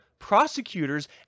prosecutors